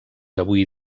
avui